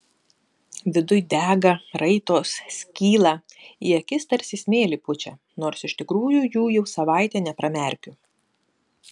viduj dega raitos skyla į akis tarsi smėlį pučia nors iš tikrųjų jų jau savaitė nepramerkiu